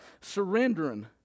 surrendering